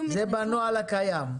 זה בנוהל הקיים?